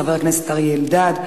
חבר הכנסת אריה אלדד,